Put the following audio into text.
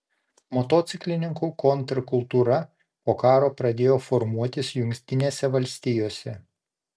motociklininkų kontrkultūra po karo pradėjo formuotis jungtinėse valstijose